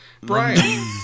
Brian